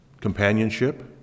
companionship